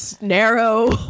narrow